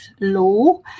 law